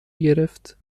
گرفت